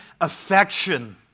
affection